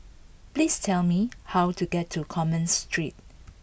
please tell me how to get to Commerce Street